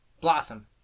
Blossom